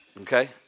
Okay